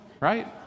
right